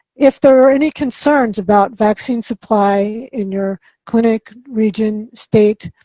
if there are any concerns about vaccine supply in your clinic, region, state,